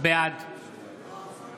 בעד